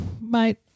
mate